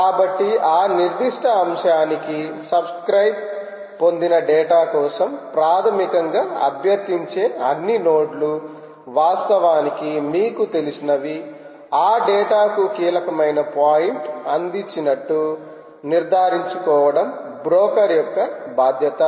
కాబట్టి ఆ నిర్దిష్ట అంశానికి సబ్స్క్రయిబ్ పొందిన డేటా కోసం ప్రాథమికంగా అభ్యర్థించే అన్ని నోడ్లు వాస్తవానికి మీకు తెలిసినవి ఆ డేటా కు కీలకమైన పాయింట్ అందించినట్లు నిర్ధారించుకోవడం బ్రోకర్ యొక్క బాధ్యత